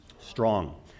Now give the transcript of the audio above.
Strong